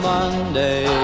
Monday